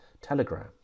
Telegram